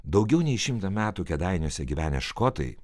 daugiau nei šimtą metų kėdainiuose gyvenę škotai